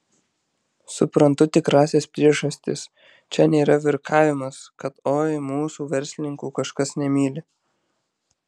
suprantu tikrąsias priežastis čia nėra virkavimas kad oi mūsų verslininkų kažkas nemyli